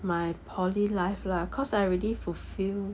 my poly life lah cause I already fulfilled